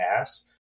ass